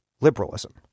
liberalism